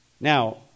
Now